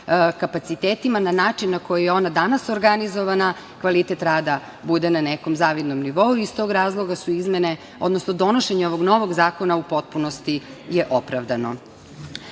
kapacitetima, na način na koji je ona danas organizovana, kvalitet rada bude na nekom zavidnom nivou. Iz tog razloga su izmene, odnosno donošenje ovog novog zakona u potpunosti je opravdano. To